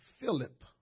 Philip